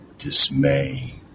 Dismay